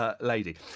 lady